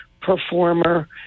performer